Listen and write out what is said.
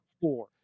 four